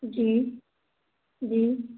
जी जी